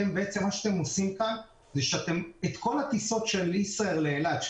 מה שאתם בעצם עושים כאן זה שכל הטיסות של ישראייר לאילת,